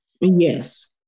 yes